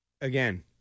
Again